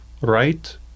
right